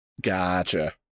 gotcha